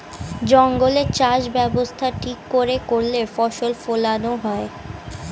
জঙ্গলে চাষ ব্যবস্থা ঠিক করে করলে ফসল ফোলানো হয়